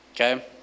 okay